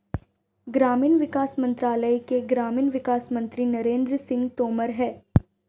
ग्रामीण विकास मंत्रालय के ग्रामीण विकास मंत्री नरेंद्र सिंह तोमर है